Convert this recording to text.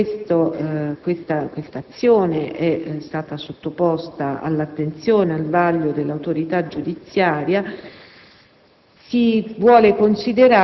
Come ho detto, anche questa azione è stata sottoposta al vaglio dell'autorità giudiziaria.